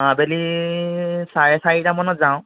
আবেলি চাৰে চাৰিটা মানত যাওঁ